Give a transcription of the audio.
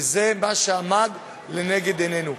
וזה מה שעמד לנגד עינינו: